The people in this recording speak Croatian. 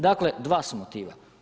Dakle, dva su motiva.